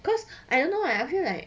'cause I don't know I feel like